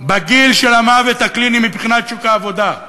בגיל של המוות הקליני מבחינת שוק העבודה.